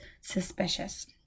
suspicious